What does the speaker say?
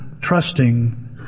trusting